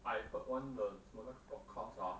I heard one 什么 podcast ah